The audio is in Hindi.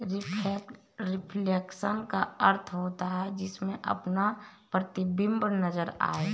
रिफ्लेक्शन का अर्थ होता है जिसमें अपना प्रतिबिंब नजर आता है